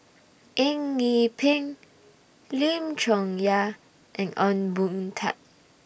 Eng Yee Peng Lim Chong Yah and Ong Boon Tat